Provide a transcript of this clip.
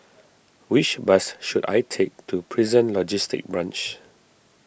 which bus should I take to Prison Logistic Branch